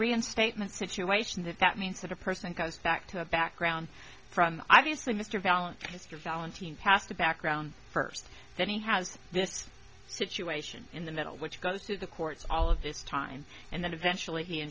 reinstatement situation that that means that a person goes back to a background from obviously mr ballen mr valentino passed a background first then he has this situation in the middle which goes through the courts all of this time and then eventually he